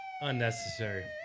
unnecessary